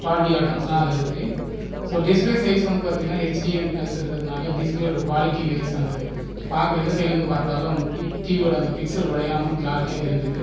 Dolby ஆட்டம்ஸ்லாம் அதில் இருக்குது ஸோ டிஸ்ப்லே சைஸ் வந்து பார்த்தீனா ஹெச்டிஎன் ப்ளஸ் இருக்கிறதுனால டிஸ்ப்லே வோட குவாலிட்டி வைஸ் வந்து பார்க்க எந்த சைடில் இருந்து பார்த்தாலும் டி டிவி வோட அந்த பிக்சல் உடையாம க்ளாரிட்டியாக தெரிஞ்சுது